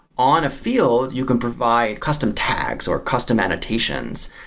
on a field, you can provide custom tags or custom annotations,